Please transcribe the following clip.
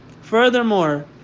Furthermore